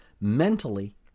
mentally